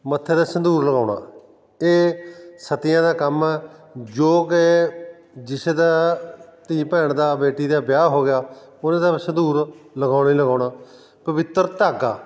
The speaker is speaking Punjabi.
ਮੱਥੇ 'ਤੇ ਸੰਧੂਰ ਲਗਾਉਣਾ ਇਹ ਸਤੀਆ ਦਾ ਕੰਮ ਆ ਜੋ ਕਿ ਜਿਸ ਦਾ ਧੀ ਭੈਣ ਦਾ ਬੇਟੀ ਦਾ ਵਿਆਹ ਹੋ ਗਿਆ ਉਹਨੇ ਤਾਂ ਸੰਧੂਰ ਲਗਾਉਣਾ ਹੀ ਲਗਾਉਣਾ ਪਵਿੱਤਰ ਧਾਗਾ